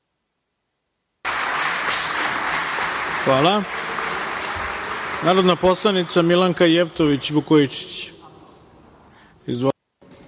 ima narodna poslanica Milanka Jevtović Vukojičić.